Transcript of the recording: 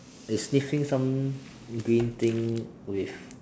it's sniffing some green thing with